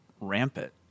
rampant